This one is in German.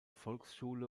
volksschule